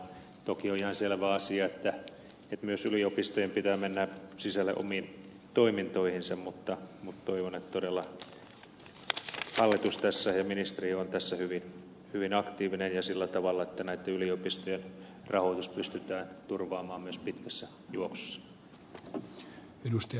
toki on ihan selvä asia että myös yliopistojen pitää mennä sisälle omiin toimintoihinsa mutta toivon että todella hallitus ja ministeri ovat tässä hyvin aktiivisia ja sillä tavalla että näitten yliopistojen rahoitus pystytään turvaamaan myös pitkässä juoksussa